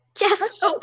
yes